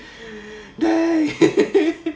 die